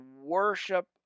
worship